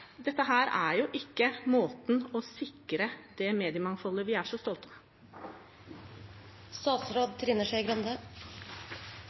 Dette er ikke måten å sikre det mediemangfoldet vi er så stolte av.